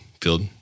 field